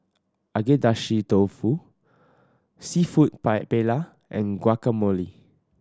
Agedashi Dofu Seafood Pie Paella and Guacamole